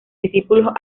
discípulos